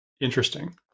Interesting